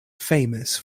famous